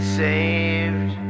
saved